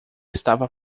estava